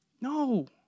No